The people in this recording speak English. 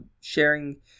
sharing